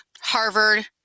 Harvard